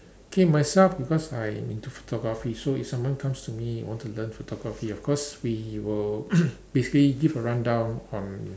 okay myself because I am into photography so if someone comes to me want to learn photography of course we will basically give a rundown on